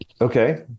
Okay